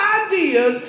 ideas